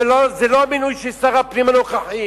וזה לא המינוי של שר הפנים הנוכחי